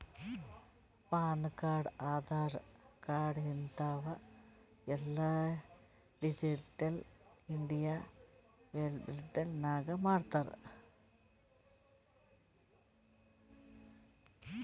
PAN card, Aadhaar card ಹಿಂತಾವ್ ಎಲ್ಲಾ digital India website ನಾಗೆ ಮಾಡ್ತಾರ್